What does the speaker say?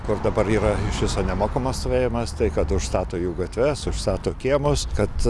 kur dabar yra iš viso nemokamas stovėjimas tai kad užstato į gatves užstato kiemus kad